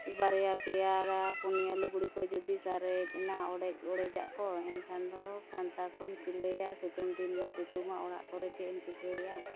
ᱵᱟᱨᱭᱟ ᱯᱮᱭᱟ ᱵᱟ ᱯᱩᱱᱭᱟᱹ ᱞᱩᱜᱽᱲᱤᱡ ᱠᱚ ᱡᱩᱫᱤ ᱥᱟᱨᱮᱡ ᱮᱱᱟ ᱚᱲᱮᱡ ᱚᱲᱮᱡᱟᱜ ᱠᱚ ᱮᱱᱠᱷᱟᱱ ᱫᱚ ᱠᱷᱟᱱᱛᱷᱟ ᱠᱚᱧ ᱥᱤᱞᱟᱹᱭᱟ ᱥᱤᱛᱩᱝ ᱫᱤᱱ ᱫᱚ ᱥᱤᱛᱩᱝᱟ ᱚᱲᱟᱜ ᱠᱚᱨᱮᱫ ᱪᱮᱫ ᱮᱢ ᱪᱤᱠᱟᱹᱭᱟ